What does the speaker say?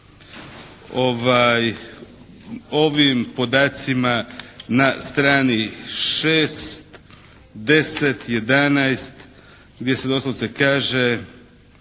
ovim podacima na strani 6, 10, 11 gdje se doslovce kaže,